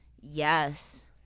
Yes